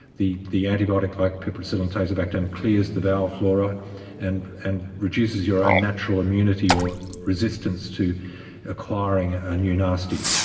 the the antibiotic, like piperacillin tazobactam, clears the bowel flora and and reduces your own natural immunity or resistance to acquiring a new nasty.